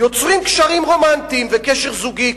יוצרים קשרים רומנטיים וקשר זוגי.